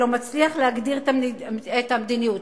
לא מצליח להגדיר את המדינית שלך.